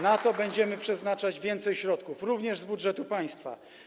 Na to będziemy przeznaczać więcej środków, również z budżetu państwa.